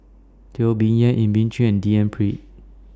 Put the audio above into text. Teo Bee Yen Elim Chew and D N Pritt